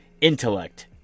intellect